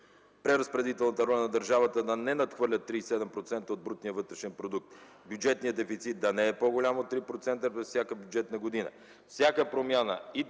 преразпределителната роля на държавата да не надхвърля 37% от брутния вътрешен продукт. Бюджетният дефицит да не е по-голям от 3% за всяка бюджетна година. Всяка промяна и на